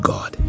God